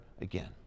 again